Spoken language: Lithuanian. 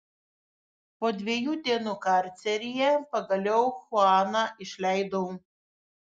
po dviejų dienų karceryje pagaliau chuaną išleidau